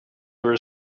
were